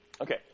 Okay